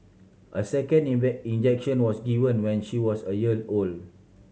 a second injection was given when she was a year old